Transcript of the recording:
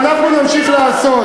ואנחנו נמשיך לעשות.